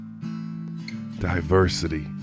diversity